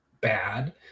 bad